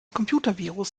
computervirus